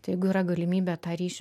tai jeigu yra galimybė tą ryšį